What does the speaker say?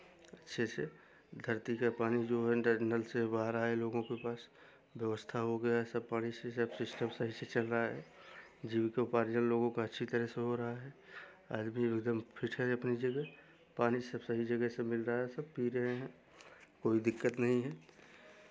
अच्छे से धरती का पानी जो है इंटरनल से बाहर आए लोगों के पास व्यवस्था हो गया है सब पानी से सब सिस्टम सही से चल रहा है जीवकों पर्जन लोगों का अच्छी तरह से हो रहा है आदमी एक दम फिट है अपनी जगह पानी सब सही जगह से मिल रहा है सब पी रहे हैं कोई दिक्कत नहीं हैं